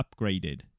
upgraded